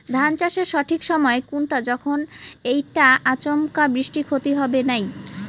ধান চাষের সঠিক সময় কুনটা যখন এইটা আচমকা বৃষ্টিত ক্ষতি হবে নাই?